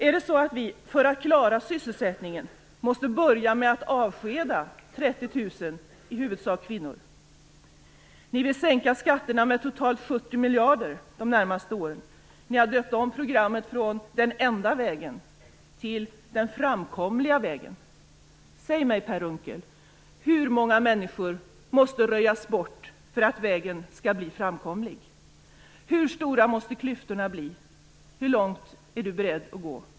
Är det så att vi, för att klara sysselsättningen, måste börja med att avskeda 30 000, huvudsakligen kvinnor? Moderaterna vill sänka skatterna med 70 miljarder de närmaste åren. De har döpt om programmet från Den enda vägen till Den framkomliga vägen. Säg mig, Per Unckel: Hur många människor måste röjas bort för att vägen skall bli framkomlig? Hur stora måste klyftorna bli? Hur långt är Per Unckel beredd att gå?